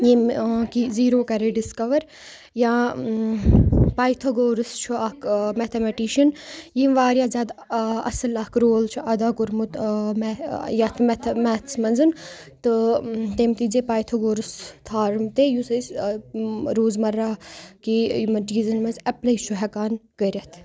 ییٚمہِ کہِ زیٖرو کَرے ڈِسکَوَر یا پایتھوگورُس چھُ اَکھ میتھامیٹِشَن ییٚمۍ واریاہ زیادٕ اَصٕل اَکھ رول چھُ اَدا کوٚرمُت آ یَتھ میتَھ میتھَس منٛز تہٕ تٔمۍ دِژے پایتھوگورُس تھارُم تہِ یُس أسۍ روزمَرٕ کہِ یِمَن چیٖزَن منٛز ایٚپلَے چھُ ہٮ۪کان کٔرِتھ